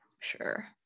Sure